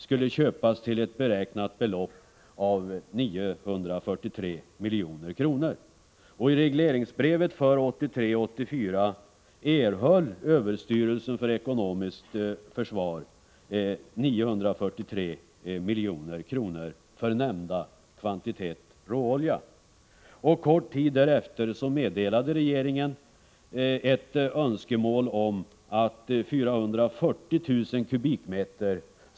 Kort tid därefter meddelade regeringen önskemål om att 440 000 m?